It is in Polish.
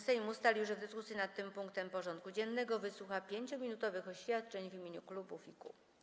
Sejm ustalił, że w dyskusji nad tym punktem porządku dziennego wysłucha 5-minutowych oświadczeń w imieniu klubów i kół.